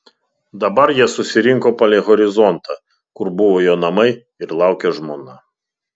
dabar jie susirinko palei horizontą kur buvo jo namai ir laukė žmona